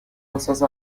احساس